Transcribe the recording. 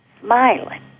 smiling